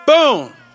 Boom